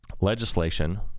legislation